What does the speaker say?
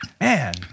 Man